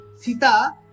Sita